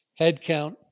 headcount